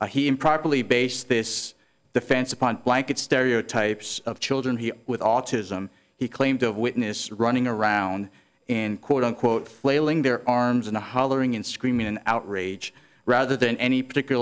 a he improperly base this defense upon blanket stereotypes of children he with autism he claimed of witness running around in quote unquote flailing their arms and hollering and screaming in outrage rather than any particular